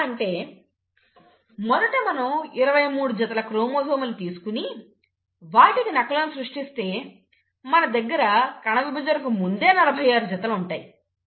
ఇది ఎలా అంటే మొదట మనం 23 జతల క్రోమోజోములు తీసుకుని వాటికి నకలును సృష్టిస్తే మన దగ్గర కణవిభజనకు ముందే 46 జతలు ఉంటాయి